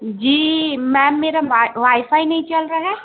جی ma'am میرا wifi نہیں چل رہا ہے